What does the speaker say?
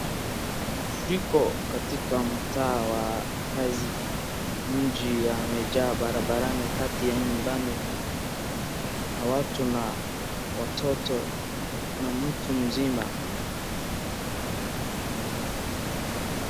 Mfuriko katika mtaa wa kazi. Maji yamejaa barabarani kati ya nyumbani na watu na watoto na mtu mzima.